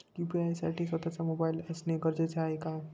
UPI साठी स्वत:चा mobile असणे गरजेचे आहे का?